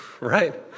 right